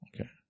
Okay